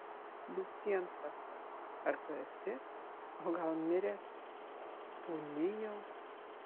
visiems tas pats ar tu esi o gal miręs pūni jau